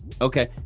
Okay